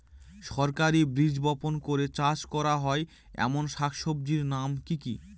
সরাসরি বীজ বপন করে চাষ করা হয় এমন শাকসবজির নাম কি কী?